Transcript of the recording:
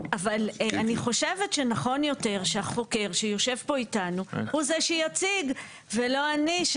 אבל אני חושבת שנכון יותר שהחוקר שיושב פה איתנו הוא זה שיציג ולא אני,